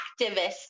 activist